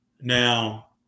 Now